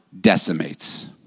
decimates